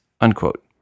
unquote